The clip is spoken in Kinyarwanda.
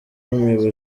n’umuyobozi